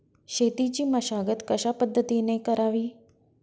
शेतीची मशागत कशापद्धतीने करावी?